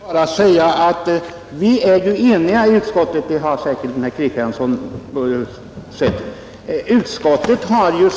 Herr talman! Jag kan bara säga att vi är eniga i utskottet, och det har säkert herr Kristiansson i Harplinge sett.